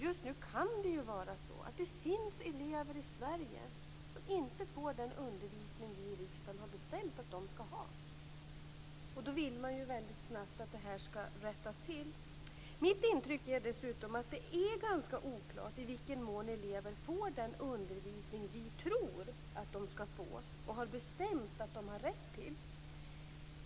Just nu kan det finnas elever i Sverige som inte får den undervisning som vi i riksdagen har bestämt att de skall ha. Man vill ju då att det snabbt skall rättas till. Mitt intryck är dessutom att det är ganska oklart i vilken mån elever får den undervisning som vi tror att de får och har bestämt att de har rätt till.